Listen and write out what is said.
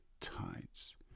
tides